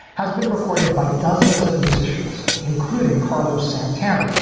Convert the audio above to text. has been recorded by dozens of musicians, including carlos santana,